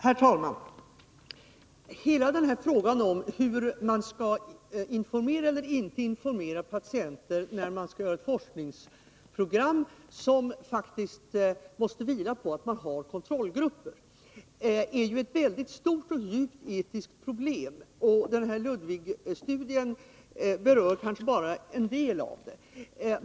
Herr talman! Hela frågan om hur man skall informera eller inte informera patienterna när man skall göra forskningsprogram som måste vila på att man har kontrollgrupper är ju ett väldigt stort och djupt etiskt problem. Ludwigstudien berör kanske bara en del av det.